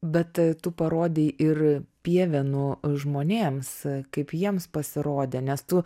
bet tu parodei ir pievėnų žmonėms kaip jiems pasirodė nes tu